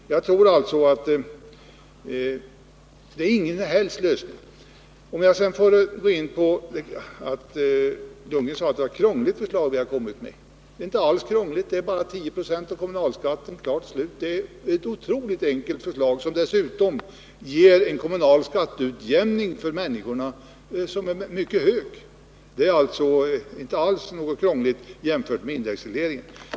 Jag tror alltså att den indexreglerade skatteskalan inte är någon lösning. Bo Lundgren sade att det var ett krångligt förslag som vi hade kommit med. Det är inte alls krångligt — 10 96 av kommunalskatten, klart slut. Det är i stället ett otroligt enkelt förslag, som dessutom ger en mycket hög kommunal skatteutjämning för människorna. Och det är inte alls krångligt i jämförelse med indexregleringen.